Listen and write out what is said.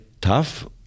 tough